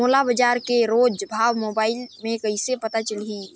मोला बजार के रोज भाव मोबाइल मे कइसे पता चलही?